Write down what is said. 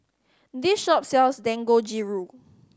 this shop sells Dangojiru